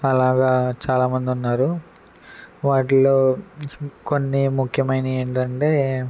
అలాగా చాలా మంది ఉన్నారు వాటిలో కొన్ని ముఖ్యమైనవి ఏంటంటే